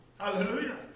Hallelujah